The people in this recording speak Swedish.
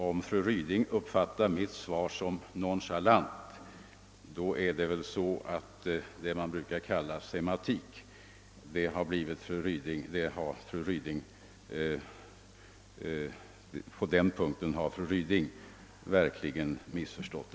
Om fru Ryding uppfattar mitt svar som nonchalant, måste det verkligen bero på ett semantiskt missförstånd.